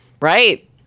Right